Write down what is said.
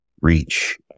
reach